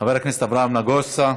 חבר הכנסת אברהם נגוסה.